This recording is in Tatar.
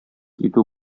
итү